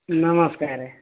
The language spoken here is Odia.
ନମସ୍କାର